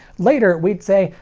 later we'd say,